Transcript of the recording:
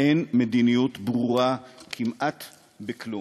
אין מדיניות ברורה כמעט בכלום.